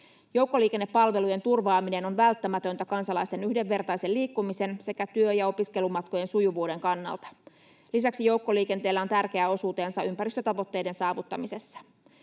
Joukkoliikennepalvelujen turvaaminen on välttämätöntä kansalaisten yhdenvertaisen liikkumisen sekä työ- ja opiskelumatkojen sujuvuuden kannalta. Lisäksi joukkoliikenteellä on tärkeä osuutensa ympäristötavoitteiden saavuttamisessa.